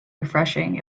refreshing